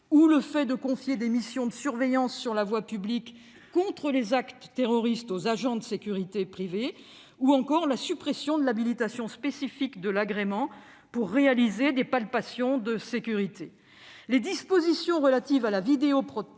au fait de confier des missions de surveillance sur la voie publique contre les actes terroristes aux agents de sécurité privée ou encore à la suppression de l'habilitation spécifique de l'agrément pour réaliser des palpations de sécurité. Troisièmement, les dispositions relatives à la vidéoprotection